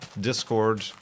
Discord